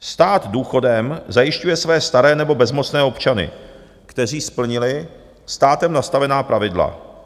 Stát důchodem zajišťuje své staré nebo bezmocné občany, kteří splnili státem nastavená pravidla.